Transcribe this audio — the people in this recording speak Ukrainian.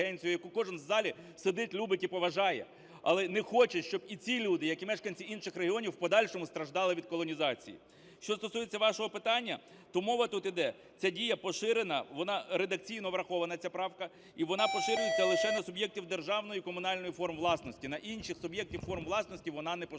яку кожен в залі сидить любить і поважає, але не хоче, щоб і ці люди, як і мешканці інших регіонів, в подальшому страждали від колонізації. Що стосується вашого питання, то мова тут іде: це дія поширена, вона редакційно врахована, ця правка, і вона поширюється лише на суб'єктів державної і комунальної форм власності. На інших суб'єктів форм власності вона не поширюється.